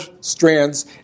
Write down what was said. strands